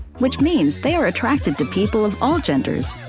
which means they are attracted to people of all genders.